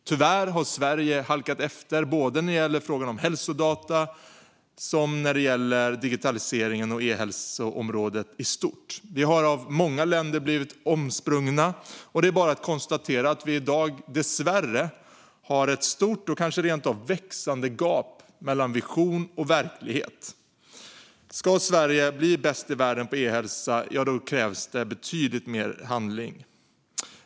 Tyvärr har Sverige halkat efter både när det gäller frågan om hälsodata och digitaliseringen och e-hälsoområdet i stort. Vi har blivit omsprungna av många länder, och det är bara att konstatera att vi i dag dessvärre har ett mycket stort och kanske rent av växande gap mellan vision och verklighet. Ska Sverige bli bäst i världen på e-hälsa krävs det betydligt mer handling.